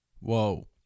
Whoa